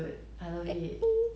that's why I actually want to watch the